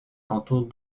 cantons